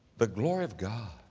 the glory of god.